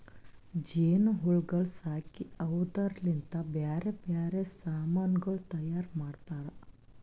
ಜೇನು ಹುಳಗೊಳ್ ಸಾಕಿ ಅವುದುರ್ ಲಿಂತ್ ಬ್ಯಾರೆ ಬ್ಯಾರೆ ಸಮಾನಗೊಳ್ ತೈಯಾರ್ ಮಾಡ್ತಾರ